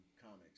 comics